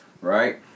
Right